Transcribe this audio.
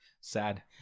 sad